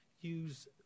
use